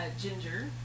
Ginger